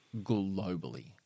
globally